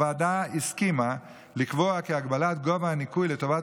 הוועדה הסכימה לקבוע כי הגבלת גובה הניכוי לטובת